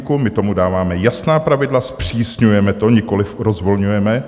My tomu dáváme jasná pravidla, zpřísňujeme to, nikoliv rozvolňujeme.